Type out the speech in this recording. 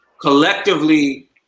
Collectively